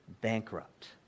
bankrupt